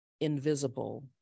invisible